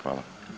Hvala.